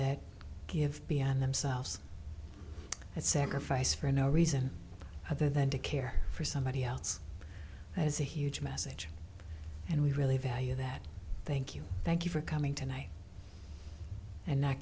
that give beyond themselves and sacrifice for no reason other than to care for somebody else has a huge message and we really value that thank you thank you for coming tonight and not